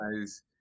guys